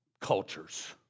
cultures